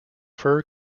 fur